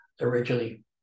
originally